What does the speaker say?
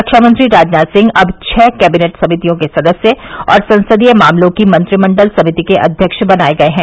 रक्षामंत्री राजनाथ सिंह अब छह कैबिनेट समितियों के सदस्य और संसदीय मामलों की मंत्रिमंडल समिति के अध्यक्ष बनाये गये हैं